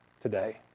today